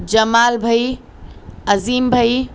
جمال بھائی عظیم بھائی